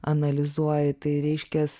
analizuoji tai reiškias